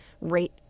rate